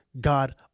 God